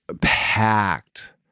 packed